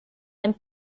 and